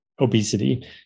obesity